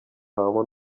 habamo